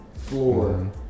floor